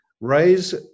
raise